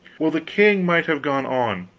well, the king might have gone on,